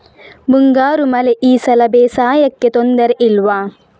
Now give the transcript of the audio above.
ಮುಂಗಾರು ಮಳೆ ಈ ಸಲ ಬೇಸಾಯಕ್ಕೆ ತೊಂದರೆ ಇಲ್ವ?